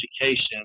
education